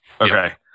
okay